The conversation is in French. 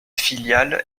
filiale